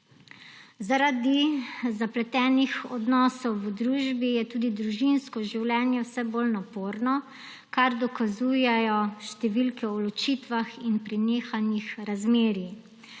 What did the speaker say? Zaradi zapletenih odnosov v družbi je tudi družinsko življenje vse bolj naporno, kar dokazujejo številke o ločitvah in prenehanjih razmerij.